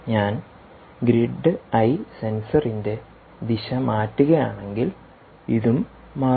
ഞാൻ grid eye സെൻസറിന്റെ ദിശ മാറ്റുക ആണെങ്കിൽ ഇതും മാറും